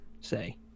say